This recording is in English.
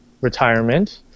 retirement